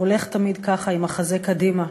הולך תמיד ככה עם החזה קדימה,